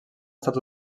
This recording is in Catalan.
estat